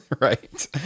Right